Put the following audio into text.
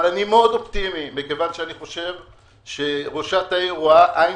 אבל אני מאוד אופטימי כי אני חושב שראשת העיר רואה עין